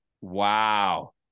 Wow